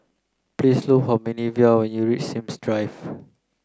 please look for Minervia when you reach Sims Drive